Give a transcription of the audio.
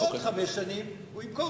אחרי חמש שנים הוא ימכור את זה.